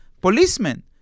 policemen